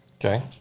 Okay